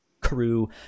Crew